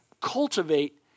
cultivate